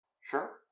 Sure